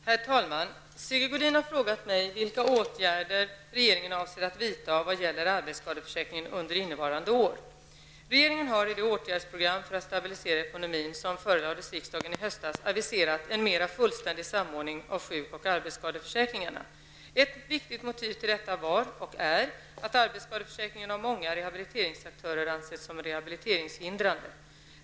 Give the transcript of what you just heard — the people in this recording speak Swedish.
Herr talman! Sigge Godin har frågat mig vilka åtgärder regeringen avser att vidta vad gäller arbetsskadeförsäkringen under innevarande år. Regeringen har i det åtgärdsprogram för att stabilisera ekonomin som förelades riksdagen i höstas aviserat en mera fullständig samordning av sjuk och arbetsskadeförsäkringarna. Ett viktigt motiv till detta var och är att arbetsskadeförsäkringen av många rehabiliteringsaktörer ansetts som rehabiliteringshindrande.